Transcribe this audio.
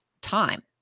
time